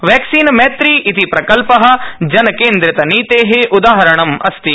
वैक्सीनमैत्री इति प्रकल्पजनकेन्द्रितनीते उदाहणमस्ति